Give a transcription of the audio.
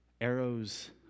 arrows